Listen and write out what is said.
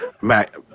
Mac